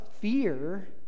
fear